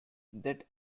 that